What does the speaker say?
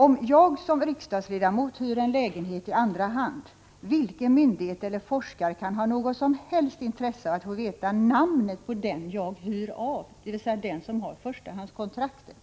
Om jag som riksdagsledamot hyr en lägenhet i andra hand, vilken myndighet eller forskare kan ha något som helst intresse av att få veta namnet på den jag hyr av, dvs. som har förstahandskontraktet?